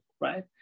right